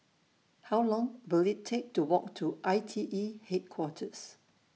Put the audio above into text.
How Long Will IT Take to Walk to I T E Headquarters